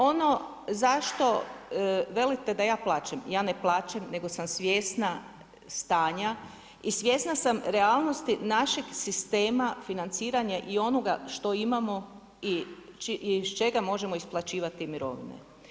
Ono zašto velite da ja plačem, ja ne plačem nego sam svjesna stanja i svjesna sam realnosti našeg sistema financiranja i onoga što imamo i iz čega možemo isplaćivati mirovine.